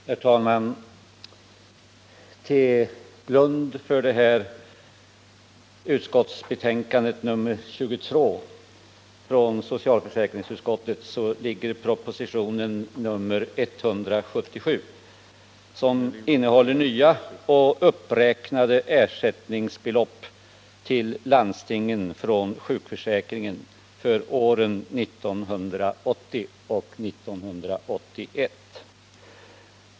Herr talman! Till grund för betänkandet nr 22 från socialförsäkringsutskottet ligger propositionen 177, som innehåller nya och uppräknade ersättningsbelopp till landstingen från sjukförsäkringen för åren 1980 och 1981.